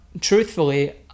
truthfully